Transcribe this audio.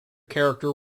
character